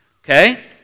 Okay